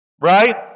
Right